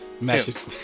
Matches